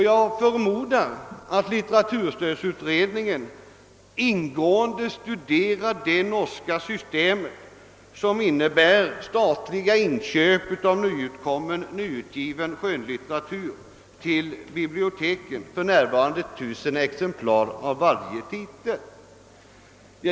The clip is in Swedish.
Jag förmodar att litteraturstödutredningen ingående studerar det norska systemet, som innebär statliga inköp av nyutgiven skönlitteratur till biblioteken, för närvarande 1 000 exemplar av varje titel.